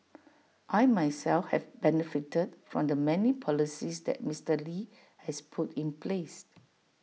I myself have benefited from the many policies that Mister lee has put in place